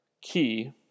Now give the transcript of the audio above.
key